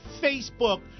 Facebook